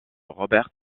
roberts